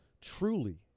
truly